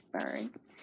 birds